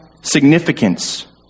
significance